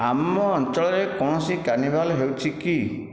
ଆମ ଅଞ୍ଚଳରେ କୌଣସି କାର୍ନିଭାଲ ହେଉଛି କି